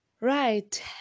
Right